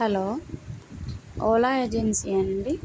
hello Ola agency ఆ అండి